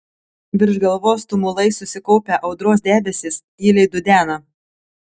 virš galvos tumulais susikaupę audros debesys tyliai dudena